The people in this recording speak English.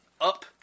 up